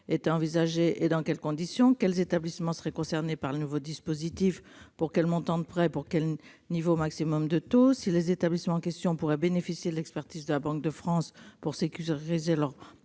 à risque et dans quelles conditions, quels établissements seraient concernés par le nouveau dispositif, pour quel montant de prêt et pour quel niveau maximum de taux, et si les établissements pourront bénéficier de l'expertise de la Banque de France pour sécuriser leur emprunt